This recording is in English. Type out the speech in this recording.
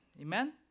Amen